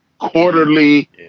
quarterly